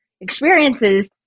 experiences